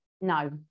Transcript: No